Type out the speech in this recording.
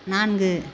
நான்கு